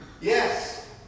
Yes